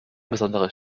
besonderes